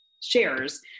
shares